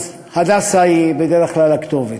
אז "הדסה" הוא בדרך כלל הכתובת.